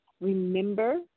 remember